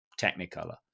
technicolor